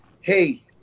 hey